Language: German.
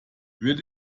wird